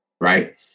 right